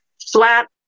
flat